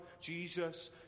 Jesus